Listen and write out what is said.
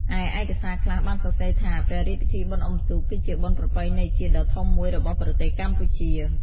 ឯ ឯកសារខ្លះបានសរសេរថា ព្រះរាជពិធីបុណ្យអ៊ំុទូក គឺជាបុណ្យប្រពៃណីជាតិដ៏ធំមួយរបស់ប្រទេសកម្ពុជា។